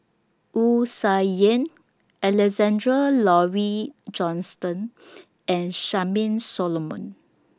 Wu Tsai Yen Alexander Laurie Johnston and Charmaine Solomon